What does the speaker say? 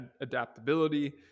adaptability